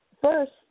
first